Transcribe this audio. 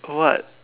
what